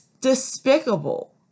despicable